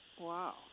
Wow